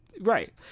Right